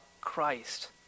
Christ